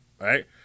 right